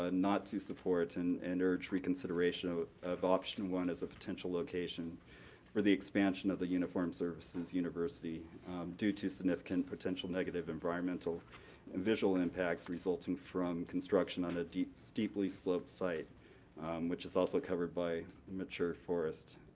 ah not to support and and urge reconsideration of of option one as a potential location for the expansion of the uniformed services university due to significant potential negative environmental and visual impacts resulting from construction on a steeply sloped site which is also covered by mature forest.